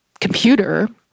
computer